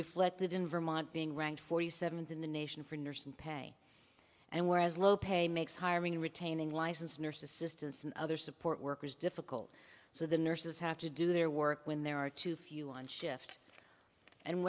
reflected in vermont being ranked forty seventh in the nation for nursing pay and whereas low pay makes hiring retaining licensed nurse assistance and other support workers difficult so the nurses have to do their work when there are too few on shift and